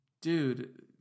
dude